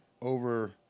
over